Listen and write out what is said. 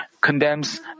condemns